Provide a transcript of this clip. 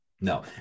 no